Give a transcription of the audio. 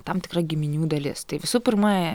tam tikra giminių dalis tai visų pirma